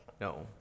No